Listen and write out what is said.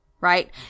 right